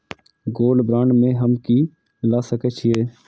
Gold bond में हम की ल सकै छियै?